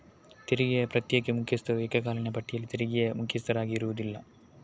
ತೆರಿಗೆಯ ಪ್ರತ್ಯೇಕ ಮುಖ್ಯಸ್ಥರು ಏಕಕಾಲೀನ ಪಟ್ಟಿಯಲ್ಲಿ ತೆರಿಗೆಯ ಮುಖ್ಯಸ್ಥರಾಗಿರುವುದಿಲ್ಲ